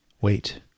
Wait